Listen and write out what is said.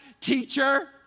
teacher